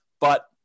but-